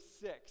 six